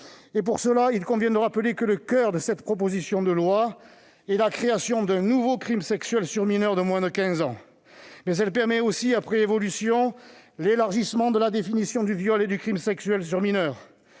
Et, pour cela, il convient de rappeler que le coeur de cette proposition de loi est la création d'un nouveau crime sexuel sur mineur de 15 ans. Mais elle permet aussi, après évolutions, l'élargissement de la définition du viol et du crime sexuel sur mineur